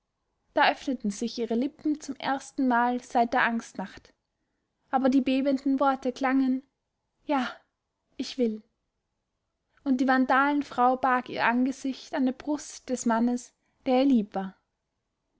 da öffneten sich ihre lippen zum erstenmal seit der angstnacht aber die bebenden worte klangen ja ich will und die vandalenfrau barg ihr angesicht an der brust des mannes der ihr